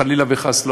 חלילה וחס,